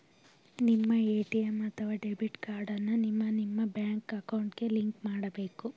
ನಿಮ್ಮ ಎ.ಟಿ.ಎಂ ಅಥವಾ debit card ಅನ್ನ ನಿಮ್ಮ ನಿಮ್ಮ ಬ್ಯಾಂಕ್ ಅಕೌಂಟ್ಗೆ ಲಿಂಕ್ ಮಾಡಬೇಕು